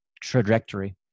trajectory